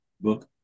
book